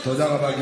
תודה רבה,